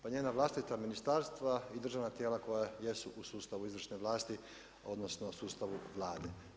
Pa njena vlastita ministarstva i državna tijela koja jesu u sustavu izvršne vlasti, odnosno, u sustavu Vlade.